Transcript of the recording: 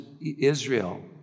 Israel